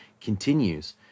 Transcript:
continues